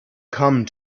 come